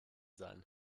sein